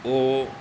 ओ